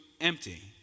empty